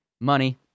Money